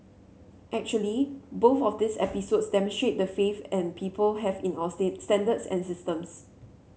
actually both of these episodes demonstrate the faith and people have in our stay standards and systems